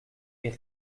est